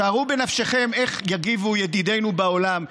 שערו בנפשכם איך יגיבו ידידינו בעולם,